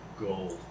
gold